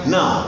Now